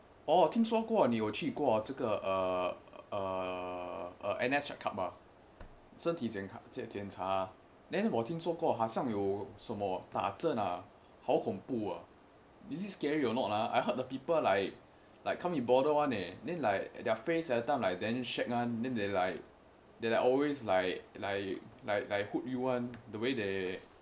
哦听说过你有去过这个 err err err N_S check up ah 身体健康解检查 then 听说过还有什么打针呢好恐怖啊 is it scary or not ah I heard the people like like can't be bothered [one] eh then like their face everytime like damn shag [one] then they like they like always like like like like hoop you [one] the way they